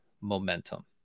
momentum